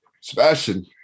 Sebastian